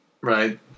Right